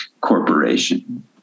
corporation